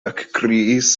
ekkriis